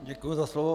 Děkuji za slovo.